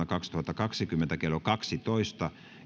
kaksituhattakaksikymmentä kello kaksitoista